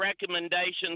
recommendations